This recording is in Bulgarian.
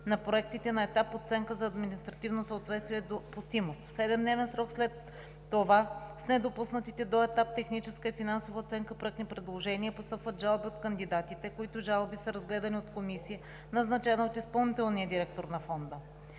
на проекти на етап оценка за административно съответствие и допустимост. В седемдневен срок след това – с недопуснатите проектни предложения до етап техническа и финансова оценка, постъпват жалби от кандидатите, които жалби са разгледани от комисия, назначена от изпълнителния директор на Фонда.